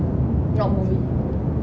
what movie